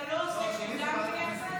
אתה לא עושה את כולם ביחד?